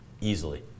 easily